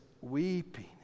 weeping